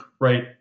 right